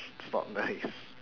it's not nice